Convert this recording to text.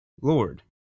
lord